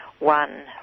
one